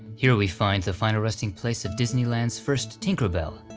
here we find the final resting place of disneyland's first tinker bell,